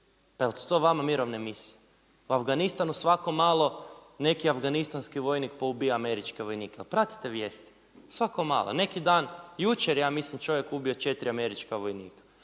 svijetu. Jesu to vama mirovne misije? U Afganistanu svako malo neki afganistanski vojnik poubija američke vojnike. Jel pratite vijesti? Svako malo. Neki dan, jučer, ja mislim, čovjek ubio 4 američka vojnika.